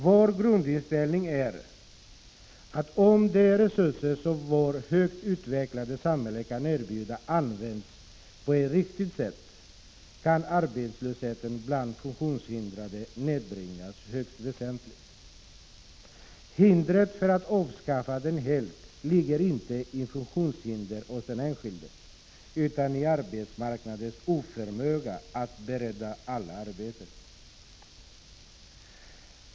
Vår grundinställning är, att om de resurser som vårt högt utvecklade samhälle kan erbjuda används på ett riktigt sätt, kan arbetslösheten bland funktionshindrade nedbringas högst väsentligt. Svårigheten att avskaffa den helt ligger inte i funktionshinder hos den enskilde, utan i arbetsmarknadens oförmåga att bereda alla arbete.